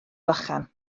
vychan